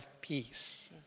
peace